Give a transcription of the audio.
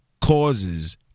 causes